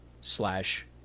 slash